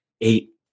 eight